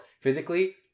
physically